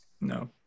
No